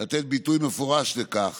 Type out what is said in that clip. לתת ביטוי מפורש לכך